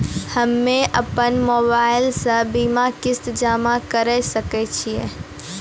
हम्मे अपन मोबाइल से बीमा किस्त जमा करें सकय छियै?